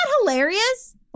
hilarious